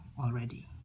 already